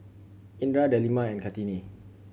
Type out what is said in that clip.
Indra Delima and Kartini